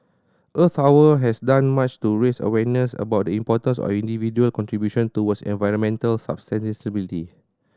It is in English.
Earth Hour has done much to raise awareness about the importance of individual contribution towards environmental sustainability